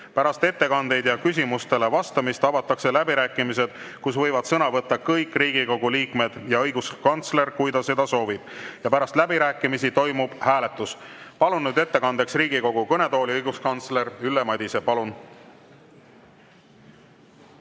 Pärast ettekandeid ja küsimustele vastamist avatakse läbirääkimised, kus võivad sõna võtta kõik Riigikogu liikmed ja õiguskantsler, kui ta seda soovib. Pärast läbirääkimisi toimub hääletus. Palun nüüd ettekandeks Riigikogu kõnetooli õiguskantsler Ülle Madise.